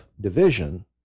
division